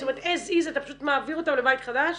זאת אומרת as is אתה פשוט מעביר אותם לבית חדש?